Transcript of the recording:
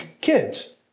kids